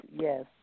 yes